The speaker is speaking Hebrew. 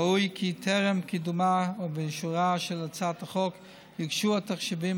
ראוי כי טרם קידומה ו/או אישורה של הצעת החוק יוגשו התחשיבים